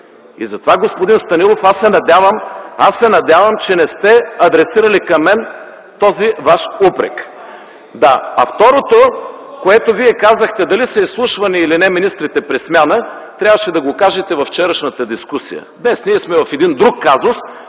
и затова, господин Станилов, аз се надявам, че не сте адресирали към мен този Ваш упрек. Второто, което Вие казахте, дали са изслушвани или не министрите при смяна трябваше да го кажете във вчерашната дискусия. Днес ние сме в един друг казус,